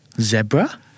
Zebra